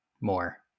more